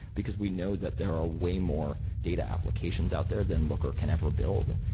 because we know that there are way more data applications out there than looker can ever build,